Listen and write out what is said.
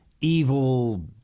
evil